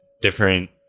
different